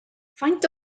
faint